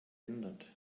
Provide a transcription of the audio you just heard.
ändert